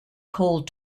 cold